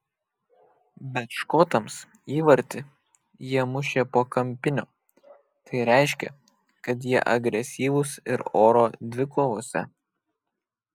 bet škotams įvartį jie mušė po kampinio tai reiškia kad jie agresyvūs ir oro dvikovose